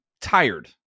tired